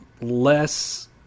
less